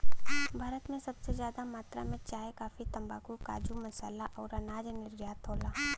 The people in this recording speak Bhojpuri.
भारत से सबसे जादा मात्रा मे चाय, काफी, तम्बाकू, काजू, मसाला अउर अनाज निर्यात होला